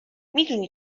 میدونی